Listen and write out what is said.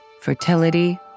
fertility